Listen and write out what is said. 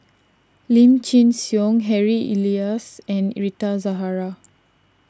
Lim Chin Siong Harry Elias and Rita Zahara